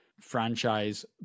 franchise